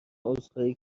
عذرخواهی